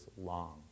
long